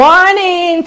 Morning